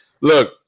Look